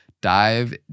dive